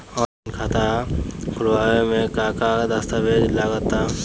Online खाता खूलावे म का का दस्तावेज लगा ता?